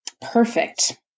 perfect